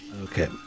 Okay